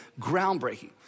groundbreaking